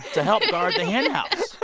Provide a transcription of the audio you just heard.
to help guard the henhouse